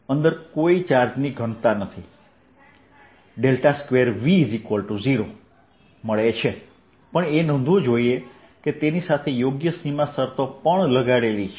અંદર કોઈ ચાર્જની ઘનતા નથી 2V0 મળે છે પણ એ નોંધવું જોઇએ કે તેની સાથે યોગ્ય સીમા શરતો પણ લગાડેલી છે